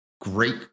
great